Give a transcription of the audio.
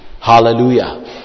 Hallelujah